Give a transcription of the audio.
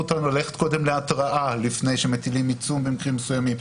אותנו ללכת קודם להתראה לפני שמטילים עיצום במקרים מסוימים,